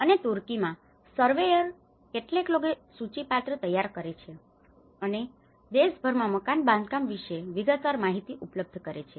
અને તુર્કીમાં સર્વેયરો surveyer સર્વેક્ષણો કેટેલોગ catelog સૂચિપત્ર તૈયાર કરે છે અને દેશભરમાં મકાન બાંધકામ વિશે વિગતવાર માહિતી ઉપલબ્ધ કરે છે